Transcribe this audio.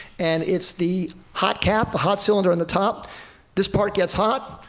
and it's the hot cap the hot cylinder on the top this part gets hot,